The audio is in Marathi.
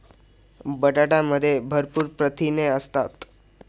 बटाट्यामध्ये भरपूर प्रथिने असतात